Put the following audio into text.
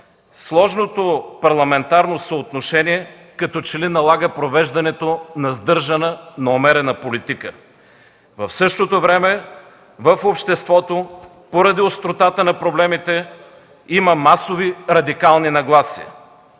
Сложното парламентарно съотношение като че ли налага провеждането на сдържана, умерена политика. В същото време в обществото поради остротата на проблемите има масови радикални нагласи.